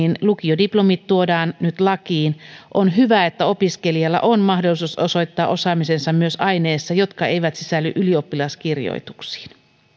lukiodiplomit tuodaan nyt lakiin on hyvä että opiskelijalla on mahdollisuus osoittaa osaamisensa myös aineissa jotka eivät sisälly ylioppilaskirjoituksiin